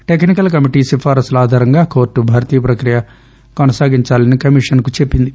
టెక్పి కల్ కమిటీ సిఫార్పుల ఆధారంగా కోర్టు భర్తీ ప్రక్రియ కొనసాగించాలని కమిషన్ కు చెప్పింది